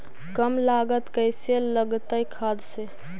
कम लागत कैसे लगतय खाद से?